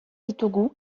ditugu